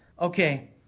okay